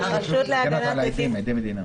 יש רשות להגנה על עדים, עדי מדינה.